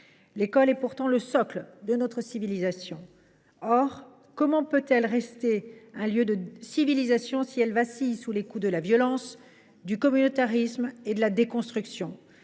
L’école est pourtant le socle de notre civilisation. Comment peut elle rester un lieu de civilisation si elle vacille sous les coups de la violence, du communautarisme et de la déconstruction ?